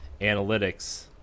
analytics